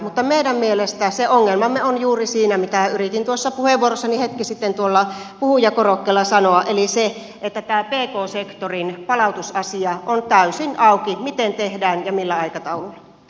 mutta meidän mielestämme se ongelmamme on juuri siinä mitä yritin tuossa puheenvuorossani hetki sitten puhujakorokkeella sanoa eli siinä että pk sektorin palautusasia on täysin auki miten tehdään ja millä aikataululla